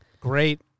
great